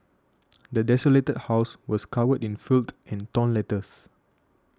the desolated house was covered in filth and torn letters